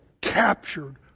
captured